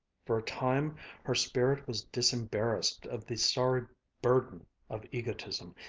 for a time her spirit was disembarrassed of the sorry burden of egotism,